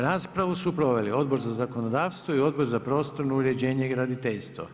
Raspravu su proveli Odbor za zakonodavstvo i Odbor za prostorno uređenje i graditeljstvo.